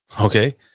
Okay